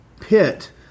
pit